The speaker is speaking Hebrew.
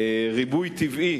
ריבוי טבעי